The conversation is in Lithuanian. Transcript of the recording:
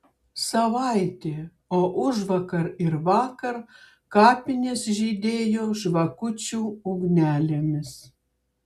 savaitė o užvakar ir vakar kapinės žydėjo žvakučių ugnelėmis